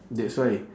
that's why